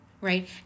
Right